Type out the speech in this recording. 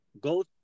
go